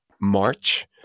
March